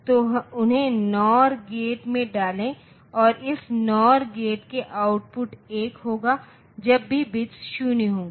तो उन्हें NOR gate में डालें और इस नोर गेट के आउटपुट 1 होगा जब सभी बिट्स 0 होंगे